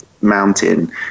mountain